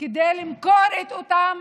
כדי למכור את אותם